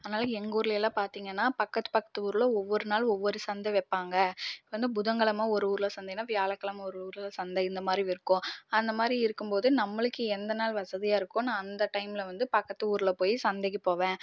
அதனால் எங்கள் ஊரிலயெல்லாம் பார்த்திங்கன்னா பக்கத்து பக்கத்து ஊரில் ஒவ்வொரு நாள் ஒவ்வொரு சந்தை வைப்பாங்க இப்போ வந்து புதன்கிழம ஒரு ஊரில் சந்தைனால் வியாழக்கிழம ஒரு ஊரில் சந்தை இந்தமாதிரி விற்கும் அந்த மாதிரி இருக்கும்போது நம்மளுக்கு எந்த நாள் வசதியாக இருக்கோ நான் அந்த டைம்ல வந்து பக்கத்து ஊரில் போய் சந்தைக்கு போவேன்